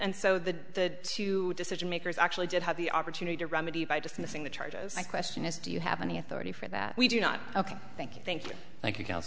and so the two decision makers actually did have the opportunity to remedy by dismissing the charges my question is do you have any authority for that we do not ok thank you thank you thank you